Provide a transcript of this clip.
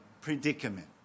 predicament